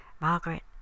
Margaret